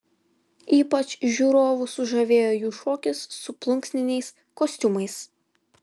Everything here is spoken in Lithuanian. ypač žiūrovus sužavėjo jų šokis su plunksniniais kostiumais